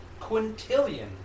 quintillion